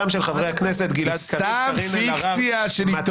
מבחינתי, בשנייה שאנחנו אומרים